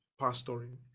pastoring